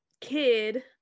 kid